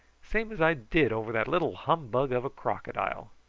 same as i did over that little humbug of a crocodile.